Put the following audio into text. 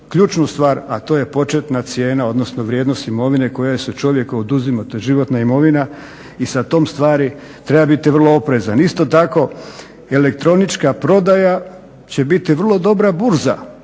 a to je početna cijena odnosno vrijednost imovine koja se čovjeku oduzima, to je životna imovina i sa tom stvari treba biti vrlo oprezan. Isto tako, elektronička prodaja će biti vrlo dobra burza,